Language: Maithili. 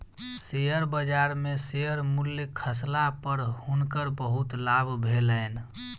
शेयर बजार में शेयर मूल्य खसला पर हुनकर बहुत लाभ भेलैन